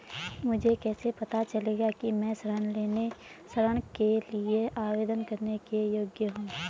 मुझे कैसे पता चलेगा कि मैं ऋण के लिए आवेदन करने के योग्य हूँ?